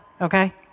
okay